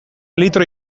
litro